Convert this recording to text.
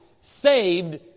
saved